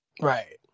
Right